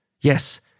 Yes